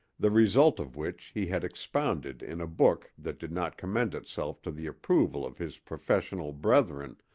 the result of which he had expounded in a book that did not commend itself to the approval of his professional brethren,